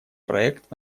проект